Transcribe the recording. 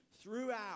throughout